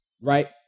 right